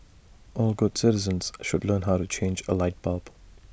all good citizens should learn how to change A light bulb